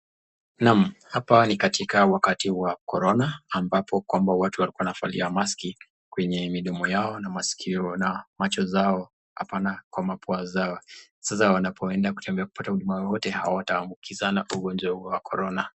Naam, hapa ni katika wakati wa Corona ambapo kwamba watu walikuwa wakivalia mask kwenye midomo yao na maskio na macho zao hapana kwa mapua zao. Sasa wanapoenda kutembea kupata huduma yoyote hawataambukizana kwa ugonjwa huo wa Corona.